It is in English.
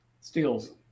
Steals